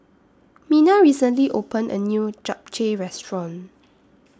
Mena recently opened A New Japchae Restaurant